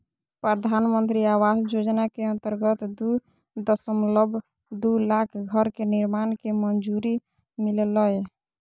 प्रधानमंत्री आवास योजना के अंतर्गत दू दशमलब दू लाख घर के निर्माण के मंजूरी मिललय